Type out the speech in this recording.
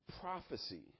Prophecy